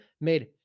made